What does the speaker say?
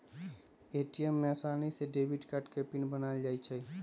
ATM में आसानी से डेबिट कार्ड के पिन बनायल जा सकई छई